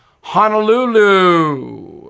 Honolulu